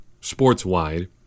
sports-wide